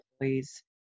employees